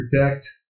protect